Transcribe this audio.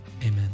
Amen